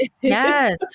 Yes